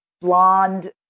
blonde